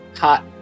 hot